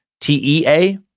T-E-A